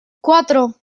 cuatro